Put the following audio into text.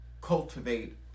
cultivate